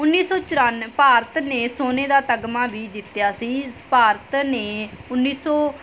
ਉੱਨੀ ਸੌ ਚੁਰਾਨ ਭਾਰਤ ਨੇ ਸੋਨੇ ਦਾ ਤਗਮਾ ਵੀ ਜਿੱਤਿਆ ਸੀ ਭਾਰਤ ਨੇ ਉੱਨੀ ਸੌ